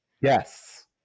Yes